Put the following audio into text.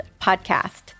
podcast